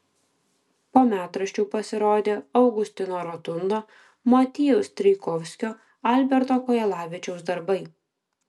po metraščių pasirodė augustino rotundo motiejaus strijkovskio alberto kojalavičiaus darbai